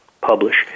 publish